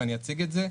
ואני אציג את זה,